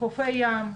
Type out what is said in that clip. חופי הים,